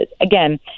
Again